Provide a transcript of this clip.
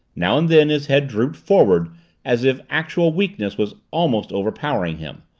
now and then his head drooped forward as if actual weakness was almost overpowering him,